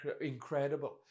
incredible